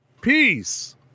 Peace